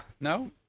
No